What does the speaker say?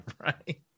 right